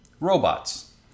robots